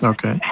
Okay